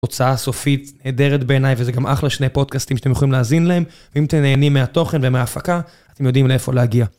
הוצאה סופית נהדרת בעיניי, וזה גם אחלה שני פודקאסטים שאתם יכולים להזין להם, ואם אתם נהנים מהתוכן ומההפקה, אתם יודעים לאיפה להגיע.